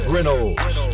Reynolds